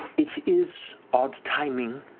it is odd timing,